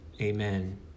Amen